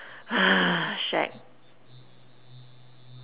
shag